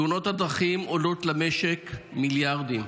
תאונות הדרכים עולות למשק מיליארדים.